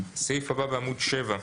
הסעיף הבא נמצא בעמוד 7,